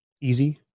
easy